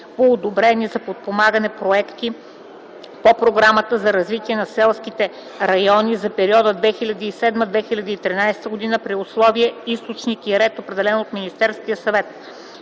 по одобрени за подпомагане проекти по Програмата за развитие на селските райони за периода 2007-2013 г. при условия, източник и ред, определени от Министерския съвет.”